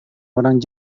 orang